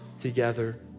together